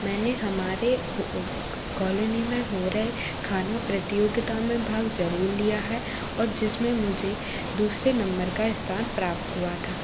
मैंने हमारे हो कॉलोनी में हो रहे खाना प्रतियोगिता में भाग ज़रूर लिया है और जिसमें मुझे दूसरे नम्बर का स्थान प्राप्त हुआ था